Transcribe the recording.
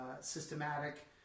systematic